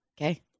Okay